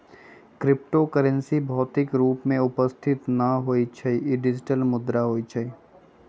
crypto currency भौतिक रूप में उपस्थित न होइ छइ इ डिजिटल मुद्रा होइ छइ